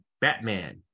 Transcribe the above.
Batman